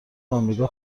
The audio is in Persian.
آمریکا